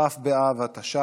כ' באב התש"ף,